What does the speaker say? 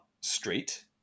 street